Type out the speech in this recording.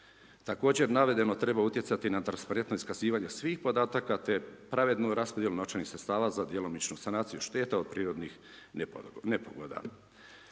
Također navedeno treba utjecati na transparentno iskazivanje svih podataka te pravednu raspodjelu novčanih sredstava za djelomičnu sanaciju šteta od prirodnih nepogoda.